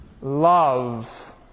Love